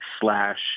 slash